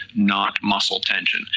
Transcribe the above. not muscle tension,